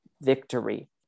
victory